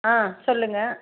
ஆ சொல்லுங்கள்